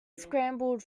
scrambled